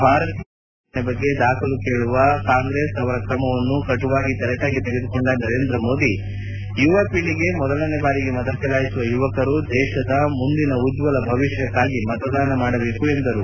ಭಾರತೀಯ ಸೇನೆ ನಡೆಸಿದ ಕಾರ್ಯಾಚರಣೆ ಬಗ್ಗೆ ದಾಖಲು ಕೇಳುವ ಕಾಂಗ್ರೆಸ್ ಅವರ ಕ್ರಮವನ್ನು ಕಟುವಾಗಿ ತರಾಟೆಗೆ ತೆಗೆದುಕೊಂಡ ನರೇಂದ್ರ ಮೋದಿ ಯುವ ಪೀಳಗೆ ಮೊದಲನೇ ಬಾರಿಗೆ ಮತ ಚಲಾಯಿಸುವ ಯುವಕರು ದೇಶದ ಮುಂದಿನ ಉಜ್ವಲ ಭವಿಷ್ಯಕ್ಕಾಗಿ ಮತದಾನ ಮಾಡಬೇಕು ಎಂದರು